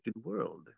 world